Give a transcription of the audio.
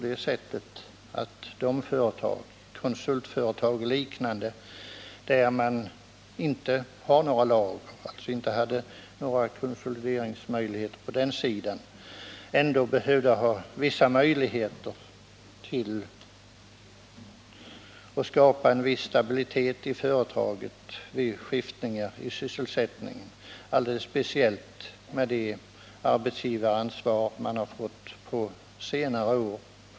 De företag, konsultföretag och liknande, som inte har några lager och därmed inga konsolideringsmöjligheter på den sidan behöver ändå ha möjligheter att skapa en viss stabilitet i företaget vid skiftningar i sysselsättningen, alldeles speciellt med tanke på det arbetsgivaransvar som företagen har fått på senare år.